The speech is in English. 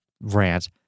rant